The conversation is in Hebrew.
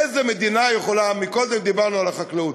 איזו מדינה יכולה, קודם דיברנו על החקלאות.